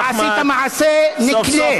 אתה עשית מעשה נקלה.